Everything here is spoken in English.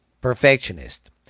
perfectionist